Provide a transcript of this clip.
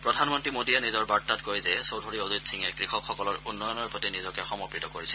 প্ৰধানমন্ত্ৰী মোদীয়ে নিজৰ বাৰ্তাত কয় যে চৌধুৰী অজিত সিঙে কৃষকসকলৰ উন্নয়নৰ প্ৰতি নিজকে সমৰ্পিত কৰিছিল